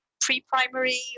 pre-primary